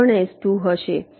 આ પણ S2 હશે